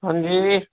ਹਾਂਜੀ